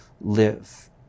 live